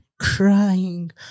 Crying